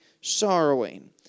sorrowing